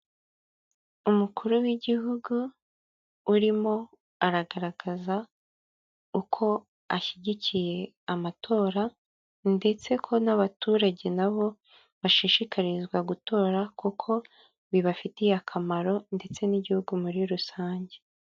Umukuru w'igihugu urimo aragaragaza uko ashyigikiye amatora ndetse ko n'abaturage nabo bashishikarizwa gutora kuko bibafitiye akamaro ndetse n'igihugu muri rusange.